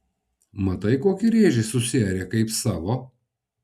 matai kokį rėžį susiarė kaip savo